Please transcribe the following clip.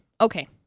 Okay